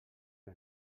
que